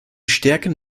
stärken